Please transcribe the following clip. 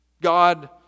God